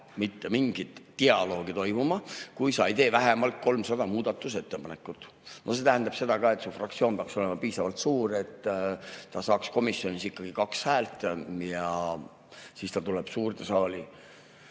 mitte mingit dialoogi toimuma, kui sa ei tee vähemalt 300 muudatusettepanekut. See tähendab seda ka, et fraktsioon peaks olema piisavalt suur, et ta saaks komisjonis ikkagi kaks häält. Ja siis ta tuleb suurde saali